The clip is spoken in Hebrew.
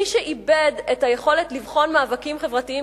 מי שאיבד את היכולת לבחון מאבקים חברתיים